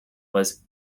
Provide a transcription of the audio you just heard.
was